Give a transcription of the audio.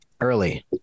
early